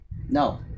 No